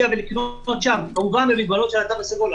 ולקנות שם כמובן, במגבלות התו הסגול.